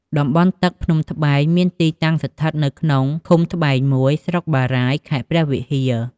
ទំនប់ទឹកភ្នំត្បែង មានទីតាំងស្ថិតនៅក្នុង ឃុំត្បែង ១ ស្រុកបារាយណ៍ ខេត្តព្រះវិហារ។